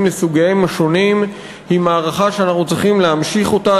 לסוגיהם היא מערכה שאנחנו צריכים להמשיך בה,